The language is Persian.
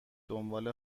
دنبال